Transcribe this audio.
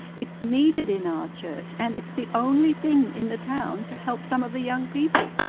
it's needed in our church, and it's the only thing in the town to help some of the young people.